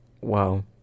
wow